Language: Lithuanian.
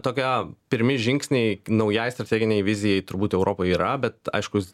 tokia pirmi žingsniai naujai strateginei vizijai turbūt europoje yra bet aiškus